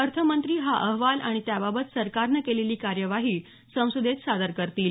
अर्थमंत्री हा अहवाल आणि त्याबाबत सरकारनं केलेली कार्यवाही संसदेत सादर करतील